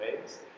ways